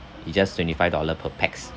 it just twenty five-dollar per pax